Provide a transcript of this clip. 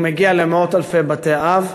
הוא מגיע למאות אלפי בתי-אב.